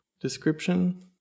description